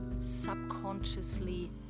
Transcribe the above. subconsciously